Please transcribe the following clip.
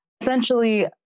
essentially